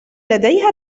لديها